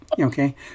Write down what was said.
Okay